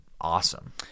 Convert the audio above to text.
awesome